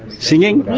singing?